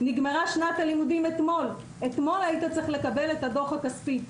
נגמרה שנת הלימודים אתמול ואתמול היית צריך לקבל את הדוח הכספי.